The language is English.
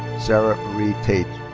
sarah marie tait.